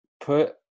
put